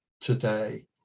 today